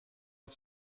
auf